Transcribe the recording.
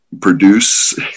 produce